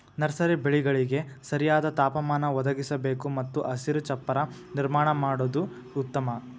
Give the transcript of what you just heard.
nursery ಬೆಳೆಗಳಿಗೆ ಸರಿಯಾದ ತಾಪಮಾನ ಒದಗಿಸಬೇಕು ಮತ್ತು ಹಸಿರು ಚಪ್ಪರ ನಿರ್ಮಾಣ ಮಾಡುದು ಉತ್ತಮ